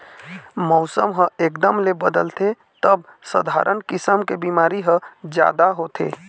मउसम ह एकदम ले बदलथे तब सधारन किसम के बिमारी ह जादा होथे